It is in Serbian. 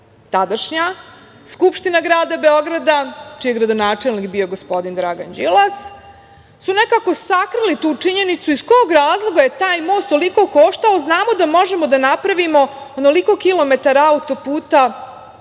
Tadašnja Skupština grada Beograda, čiji je gradonačelnik bio gospodin Dragan Đilas, su nekako sakrili tu činjenicu iz kog razloga je taj most toliko koštao. Znamo da možemo da napravimo onoliko kilometara auto-puta,